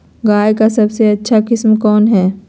गाय का सबसे अच्छा किस्म कौन हैं?